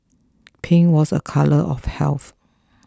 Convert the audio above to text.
pink was a colour of health